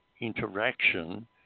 interaction